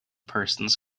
persons